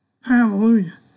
Hallelujah